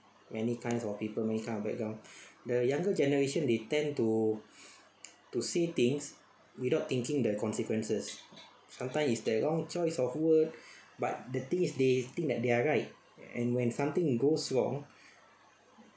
many kinds of people many kind of background the younger generation they tend to to see things without thinking the consequences sometimes is the wrong choice of word but the thing is they think that they are right and when something goes wrong